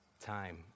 time